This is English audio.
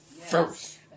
first